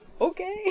okay